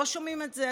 לא שומעים את זה?